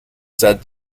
said